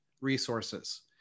resources